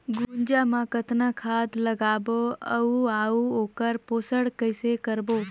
गुनजा मा कतना खाद लगाबो अउ आऊ ओकर पोषण कइसे करबो?